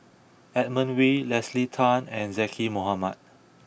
Edmund Wee Leslie Tay and Zaqy Mohamad